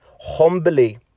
Humbly